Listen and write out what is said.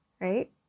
right